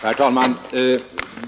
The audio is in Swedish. Herr talman!